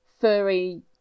furry